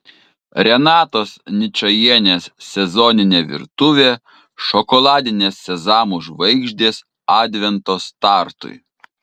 renatos ničajienės sezoninė virtuvė šokoladinės sezamų žvaigždės advento startui